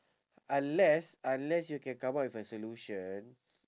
unless unless you can come out with a solution